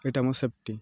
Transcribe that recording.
ଏଇଟା ଆମ୍ ସେଫ୍ଟି